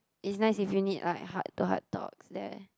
it's nice if you need a heart to heart talks there